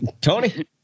Tony